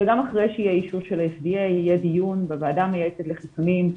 וגם אחרי שיהיה אישור יהיה דיון בוועדה המייעצת לחיסונים.